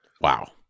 Wow